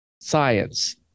science